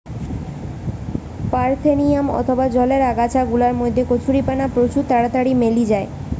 parthenium অথবা জলের আগাছা গুলার মধ্যে কচুরিপানা প্রচুর তাড়াতাড়ি মেলি যায়